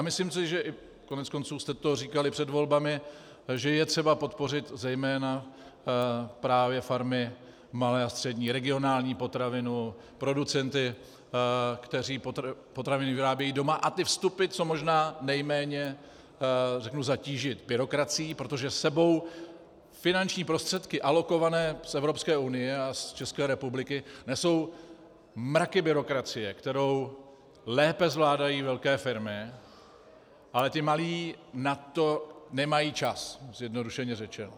Myslím si, že koneckonců jste to říkali před volbami je třeba podpořit zejména farmy malé a střední, regionální potraviny, producenty, kteří potraviny vyrábějí doma, a ty vstupy co možná nejméně zatížit byrokracií, protože s sebou finanční prostředky alokované z Evropské unie a z České republiky nesou mraky byrokracie, kterou lépe zvládají velké firmy, ale ti malí na to nemají čas, zjednodušeně řečeno.